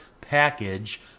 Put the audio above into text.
package